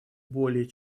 более